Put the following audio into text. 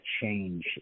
change